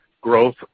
growth